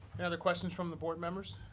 and other questions from the board members?